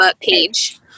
page